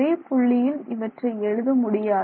ஒரே புள்ளியில் இவற்றை எழுத முடியாது